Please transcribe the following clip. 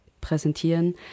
präsentieren